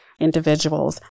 individuals